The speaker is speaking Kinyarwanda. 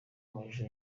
amashusho